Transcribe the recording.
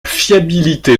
fiabilité